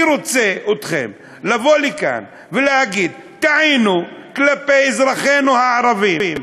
אני רוצה שאתם תבואו לכאן ותגידו: טעינו כלפי אזרחינו הערבים,